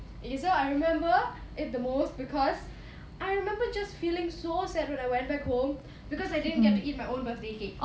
okay so I remember it the most because I remember just feeling so sad when I went back home because I didn't get to eat my own birthday cake